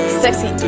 sexy